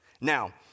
Now